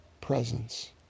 presence